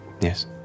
Yes